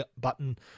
button